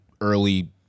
early